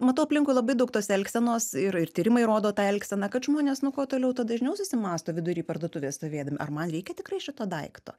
matau aplinkui labai daug tos elgsenos ir ir tyrimai rodo tą elgseną kad žmonės nu kuo toliau tuo dažniau susimąsto vidury parduotuvės stovėdami ar man reikia tikrai šito daikto